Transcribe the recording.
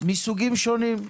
מסוגים שונים.